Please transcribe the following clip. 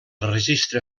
registre